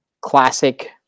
classic